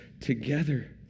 together